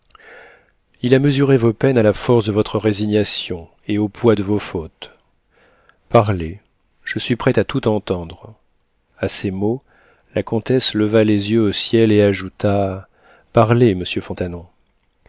il a mesuré vos peines à la force de votre résignation et au poids de vos fautes parlez je suis prête à tout entendre a ces mots la comtesse leva les yeux au ciel et ajouta parlez